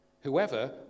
Whoever